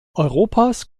europas